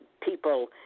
People